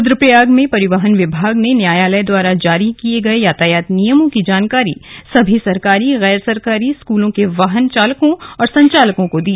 रुद्रप्रयाग में परिवहन विभाग ने न्यायालय द्वारा जारी किये गए यातायात नियमों की जानकारी सभी सरकारी गैरसरकारी स्कूलों के वाहन चालकों और संचालकों को दी